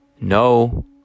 No